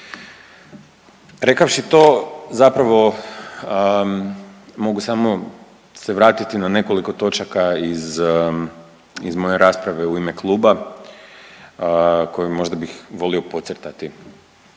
Rekavši to zapravo mogu samo se vratiti na nekoliko točaka iz moje rasprave u ime kluba koje možda bih volio podcrtati.